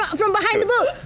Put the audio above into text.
um from behind the boat,